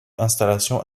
installations